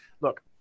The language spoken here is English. look